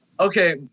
Okay